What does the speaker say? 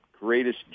greatest